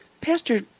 Pastor